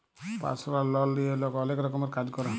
পারসলাল লল লিঁয়ে লক অলেক রকমের কাজ ক্যরে